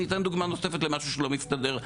אני אתן דוגמא נוספת למשהו שלא מסתדר.